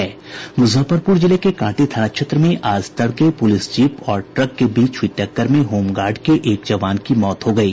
मुजफ्फरपुर जिले के कांटी थाना क्षेत्र में आज तड़के पुलिस जीप और ट्रक के बीच हुयी टक्कर में होमगार्ड के एक जवान की मौत हो गयी